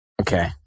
Okay